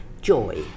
joy